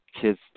kids